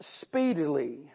speedily